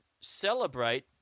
celebrate